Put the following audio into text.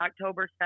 October